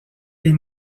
les